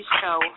show